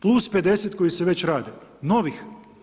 Plus 50 koji se već rade novih.